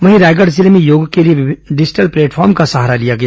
वहीं रायगढ़ जिले में योग के लिए डिजिटल प्लेटफॉर्म का सहारा लिया गया